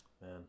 Man